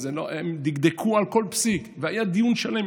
הם דקדקו על כל פסיק, והיה דיון שלם.